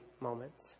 moments